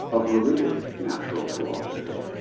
of religious natural philosophy,